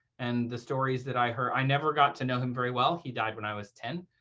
and the stories that i heard i never got to know him very well. he died when i was ten.